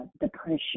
depression